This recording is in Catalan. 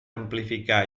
amplificar